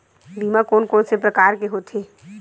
बीमा कोन कोन से प्रकार के होथे?